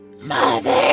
Mother